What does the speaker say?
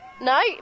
No